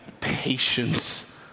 patience